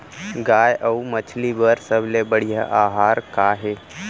गाय अऊ मछली बर सबले बढ़िया आहार का हे?